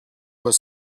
were